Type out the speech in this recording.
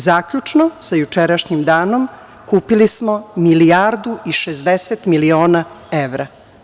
Zaključno sa jučerašnjim danom kupili smo milijardu i 600 miliona evra.